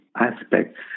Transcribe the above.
aspects